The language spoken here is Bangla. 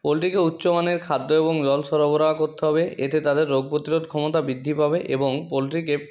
পোলট্রিকে উচ্চমানের খাদ্য এবং জল সরবরাহ করতে হবে এতে তাদের রোগ প্রতিরোধ ক্ষমতা বৃদ্ধি পাবে এবং পোলট্রিকে